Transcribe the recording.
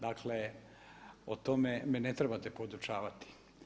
Dakle, o tome me ne trebate podučavati.